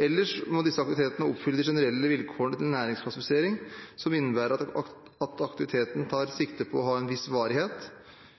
Ellers må disse aktivitetene oppfylle de generelle vilkårene til næringsklassifisering, noe som innebærer at aktiviteten: tar sikte på å ha en viss varighet